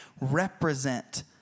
represent